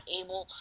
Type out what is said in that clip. able